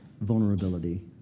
vulnerability